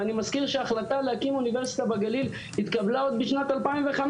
ואני מזכיר שהחלטה להקים אוניברסיטה בגליל התקבלה עוד בשנת 2005,